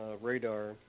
radar